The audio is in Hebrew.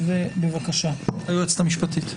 בבקשה, היועצת המשפטית.